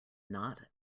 not